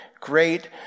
Great